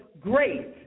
great